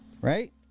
Right